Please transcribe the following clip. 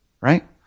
Right